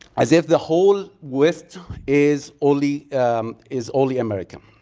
as if the whole west is only is only america.